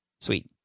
Sweet